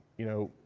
you know,